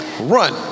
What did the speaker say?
Run